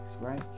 right